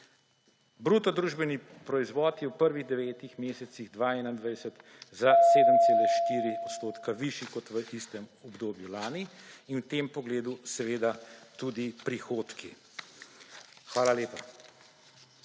Bruto družbeni proizvod je v prvih devetih mesecih 2021 za 7,4 odstotka višji kot v istem obdobju lani in v tem pogledu seveda tudi prihodki. Hvala lepa.